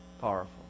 powerful